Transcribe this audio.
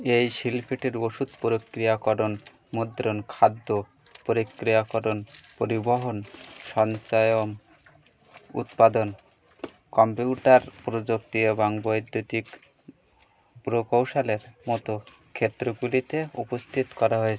এই শিল্পীটির ওষুধ প্রক্রিয়াকরণ মুদ্রণ খাদ্য প্রক্রিয়াকরণ পরিবহন সঞ্চয়ন উৎপাদন কম্পিউটার প্রযুক্তি এবং বৈদ্যুতিক প্রকৌশলের মতো ক্ষেত্রগুলিতে উপস্থিত করা হয়েছে